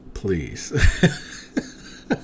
Please